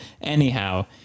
Anyhow